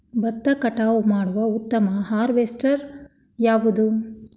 ಭತ್ತ ಕಟಾವು ಮಾಡುವ ಉತ್ತಮ ಹಾರ್ವೇಸ್ಟರ್ ಯಾವುದು?